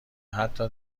حتا